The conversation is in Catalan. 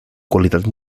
qualitat